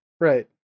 Right